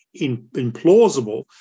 implausible